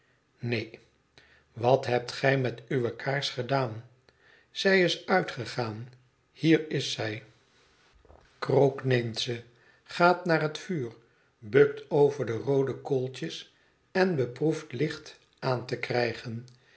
neen wat hebt gij met uwe kaars gedaan zij is uitgegaan hier is zij krook neemt ze gaat naar het vuur bukt over de roode kooltjes en beproeft licht aan te krijgen